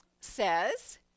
says